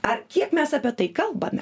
ar kiek mes apie tai kalbame